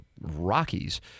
Rockies